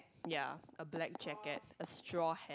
ya a black jacket a straw